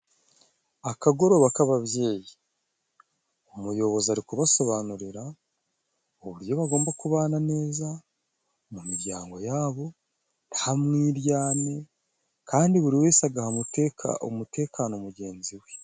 Akagoroba k'ababyeyi, umuyobozi ari kubasobanurira uburyo bagomba kubana neza mu miryango yabo nta mwiryane, kandi buri wese agaha umuteka umutekano mugenzi we.